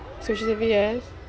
social service ya